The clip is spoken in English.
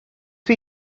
dot